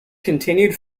continued